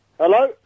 Hello